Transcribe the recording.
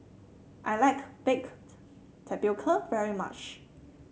I like Baked Tapioca very much